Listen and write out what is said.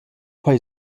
quai